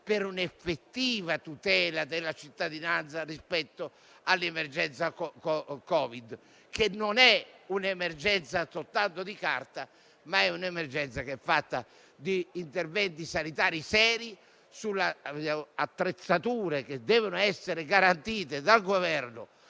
per un'effettiva tutela della cittadinanza rispetto all'emergenza Covid; emergenza che non è soltanto sulla carta, ma è fatta di interventi sanitari seri sulle attrezzature che devono essere garantite dal Governo